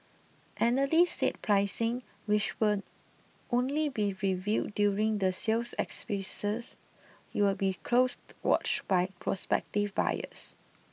analysts said pricing which will only be revealed during the sales exercise will be closed watched by prospective buyers